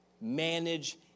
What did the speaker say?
Manage